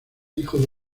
hijo